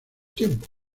tiempos